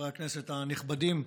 חברי הכנסת הנכבדים,